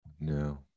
No